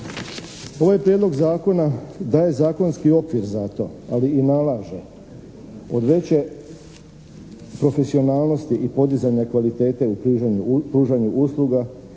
Ovaj prijedlog zakona daje zakonski okvir za to, ali i nalaže od veće profesionalnosti i podizanja kvalitete u pružanju usluga,